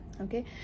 Okay